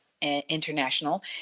International